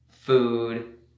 Food